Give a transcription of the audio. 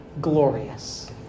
glorious